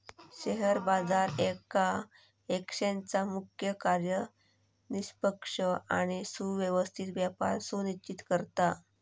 share बाजार येका एक्सचेंजचा मुख्य कार्य निष्पक्ष आणि सुव्यवस्थित व्यापार सुनिश्चित करता